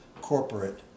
corporate